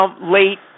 late